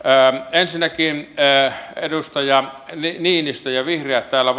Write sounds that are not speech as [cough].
ensinnäkin edustaja niinistö ja vihreät täällä [unintelligible]